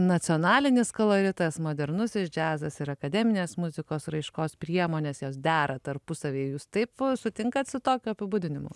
nacionalinis koloritas modernusis džiazas ir akademinės muzikos raiškos priemonės jos dera tarpusavyje jūs taip sutinkat su tokiu apibūdinimu